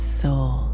soul